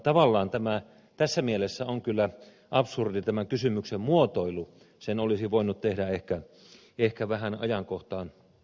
tavallaan tässä mielessä on kyllä absurdi tämä kysymyksen muotoilu sen olisi voinut tehdä ehkä vähän ajankohtaan osuvammaksikin